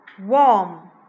Warm